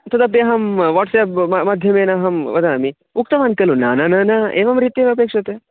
तदपि अहं वाट्साप् माध्यमेन अहं वदामि उक्तवान् खलु न न न न एवं रीत्या एव अपेक्षते